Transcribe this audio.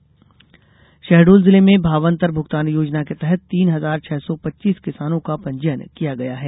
भावान्तर योजना शहडोल जिले में भावान्तर भुगतान योजना के तहत तीन हजार छह सौ पच्चीस किसानों का पंजीयन किया गया है